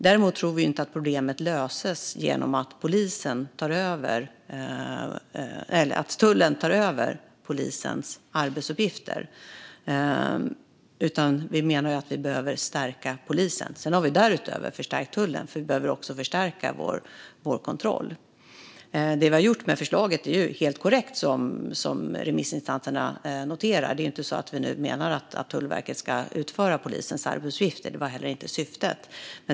Däremot tror vi inte att problemet löses genom att tullen tar över polisens arbetsuppgifter. Vi menar att vi behöver stärka polisen. Sedan har vi därutöver förstärkt tullen. Vi behöver också förstärka vår kontroll. Det vi har gjort med förslaget är helt korrekt, som remissinstanserna noterar. Det är inte så att vi nu menar att Tullverket ska utföra polisens arbetsuppgifter. Det var heller inte syftet.